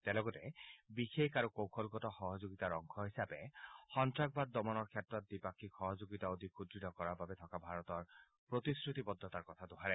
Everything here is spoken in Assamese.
তেওঁ লগতে বিশেষ আৰু কৌশলগত সহযোগিতাৰ অংশ হিচাপে সন্তাসবাদ দমনৰ ক্ষেত্ৰত দ্বিপাক্ষিক সহযোগিতা অধিক সুদ্য় কৰাৰ বাবে থকা ভাৰতৰ প্ৰতিশ্ৰতিবদ্ধতাৰ কথা দোহাৰে